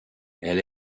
elle